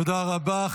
תודה רבה.